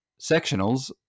sectionals